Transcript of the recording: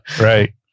right